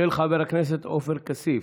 התשפ"א 2021, של חבר הכנסת עופר כסיף.